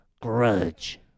grudge